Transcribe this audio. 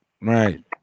Right